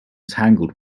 tangled